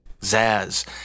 Zaz